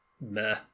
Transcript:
meh